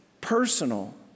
personal